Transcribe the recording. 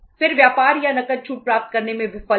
फिर व्यापार या नकद छूट प्राप्त करने में विफलता